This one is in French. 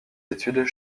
études